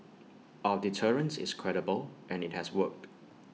our deterrence is credible and IT has worked